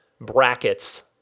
brackets